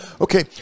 Okay